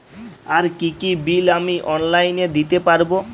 আর কি কি বিল আমি অনলাইনে দিতে পারবো?